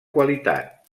qualitat